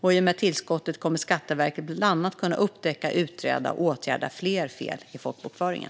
I och med tillskottet kommer Skatteverket bland annat att kunna upptäcka, utreda och åtgärda fler fel i folkbokföringen.